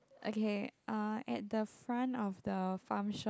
okay uh at the front of the farm shop